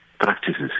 practices